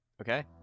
Okay